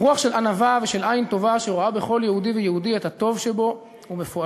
רוח של ענווה ושל עין טובה שרואה בכל יהודי ויהודי את הטוב שבו ובפועלו.